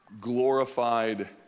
glorified